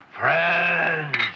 Friends